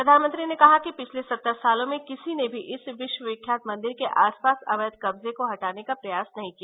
प्रधानमंत्री ने कहा कि पिछले सत्तर सालों में किसी ने भी इस विश्वविख्यात मंदिर के आसपास अवैध कब्जे को हटाने का प्रयास नहीं किया